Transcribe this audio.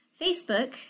Facebook